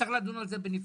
צריך לדון על זה בנפרד.